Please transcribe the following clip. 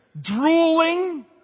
drooling